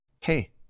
hey